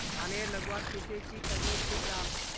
धानेर लगवार केते की करले ठीक राब?